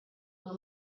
the